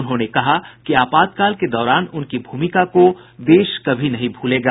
उन्होंने कहा कि आपातकाल के दौरान उनकी भूमिका को देश कभी नहीं भूलेगा